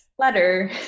Letter